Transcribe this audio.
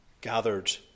Gathered